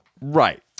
right